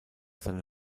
seine